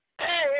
hey